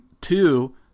two